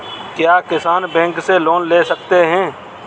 क्या किसान बैंक से लोन ले सकते हैं?